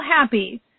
happy